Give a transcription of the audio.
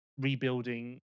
rebuilding